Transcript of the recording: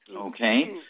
Okay